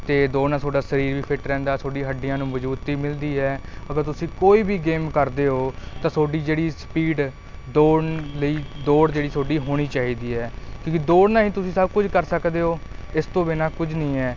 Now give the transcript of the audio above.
ਅਤੇ ਦੌੜਨ ਨਾਲ ਤੁਹਾਡਾ ਸਰੀਰ ਵੀ ਫਿੱਟ ਰਹਿੰਦਾ ਤੁਹਾਡੀਆਂ ਹੱਡੀਆਂ ਨੂੰ ਮਜ਼ਬੂਤੀ ਮਿਲਦੀ ਹੈ ਅਗਰ ਤੁਸੀਂ ਕੋਈ ਵੀ ਗੇਮ ਕਰਦੇ ਹੋ ਤਾਂ ਤੁਹਾਡੀ ਜਿਹੜੀ ਸਪੀਡ ਦੌੜਨ ਲਈ ਦੌੜ ਜਿਹੜੀ ਤੁਹਾਡੀ ਹੋਣੀ ਚਾਹੀਦੀ ਹੈ ਕਿਉਂਕਿ ਦੌੜਨ ਨਾਲ ਹੀ ਤੁਸੀਂ ਸਭ ਕੁਝ ਕਰ ਸਕਦੇ ਹੋ ਇਸ ਤੋਂ ਬਿਨਾਂ ਕੁਝ ਨਹੀਂ ਐ